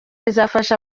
rizafasha